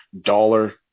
dollar